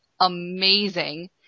amazing